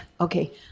okay